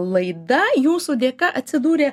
laida jūsų dėka atsidūrė